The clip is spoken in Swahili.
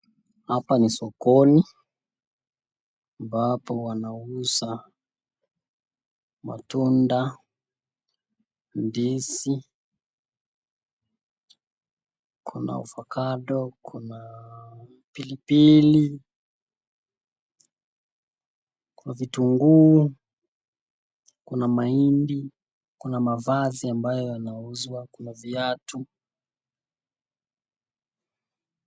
Hapa ni sokoni, ambapo wanauza matunda, ndizi, kuna ovacado , kuna pilipili, kuna vitunguu, kuna mahindi, kuna mavazi ambayo inauzwa, kuna viatu.